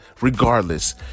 regardless